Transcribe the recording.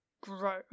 grow